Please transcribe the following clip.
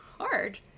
hard